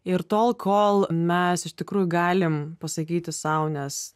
ir tol kol mes iš tikrųjų galim pasakyti sau nes